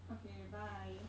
okay bye